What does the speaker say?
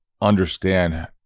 understand